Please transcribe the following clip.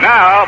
Now